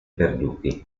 perduti